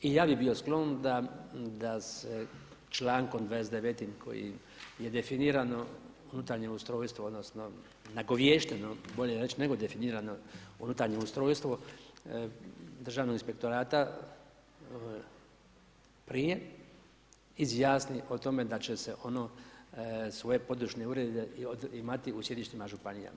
I ja bih bio sklon da se člankom 29.-tim kojim je definirano unutarnje ustrojstvo odnosno nagovješteno, bolje reći nego definirano unutarnje ustrojstvo Državnog inspektorata prije izjasni o tome da će se ono, svoje područne urede imati u sjedištima županija.